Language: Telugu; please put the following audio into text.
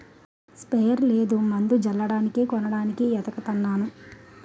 స్పెయర్ లేదు మందు జల్లడానికి కొనడానికి ఏతకతన్నాను